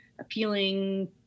appealing